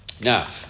now